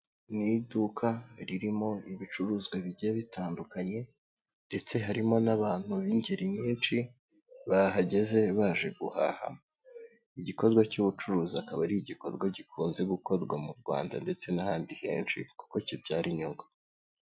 Ni iduka ririmo ibicuruzwa bigiye bitandukanye ndetse harimo n'abantu b'ingeri nyinshi bahageze baje guhaha igikorwa cy'ubucuruzi akaba ari igikorwa gikunze gukorwa mu rwanda ndetse n'ahandi henshi kuko kibyara inyungu.